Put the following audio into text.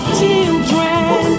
children